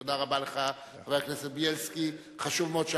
תודה רבה לך, חבר הכנסת בילסקי.